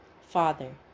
Father